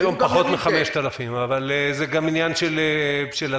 היום פחות מ-5,000 אבל זה גם עניין של התוויות,